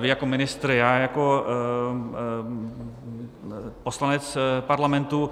vy jako ministr, já jako poslanec Parlamentu.